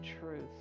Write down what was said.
truth